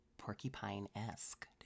Porcupine-esque